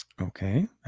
Okay